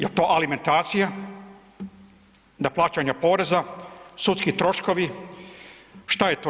Jel to alimentacija, da plaćanja poreza, sudski troškovi, šta je to?